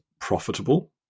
profitable